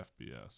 FBS